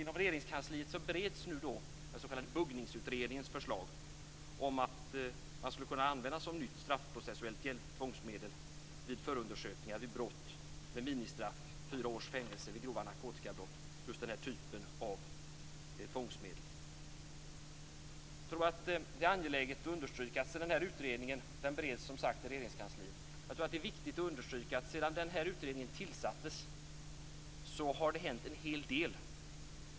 Inom Regeringskansliet bereds nu den s.k. Buggningsutredningens förslag om att använda just den här typen av tvångsmedel som nytt straffprocessuellt tvångsmedel vid förundersökningar om grova narkotikabrott med minimistraff fyra års fängelse. Det är angeläget att understryka att sedan denna utredning, vilken som sagt bereds i Regeringskansliet, tillsattes har det hänt en hel del.